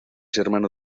hermano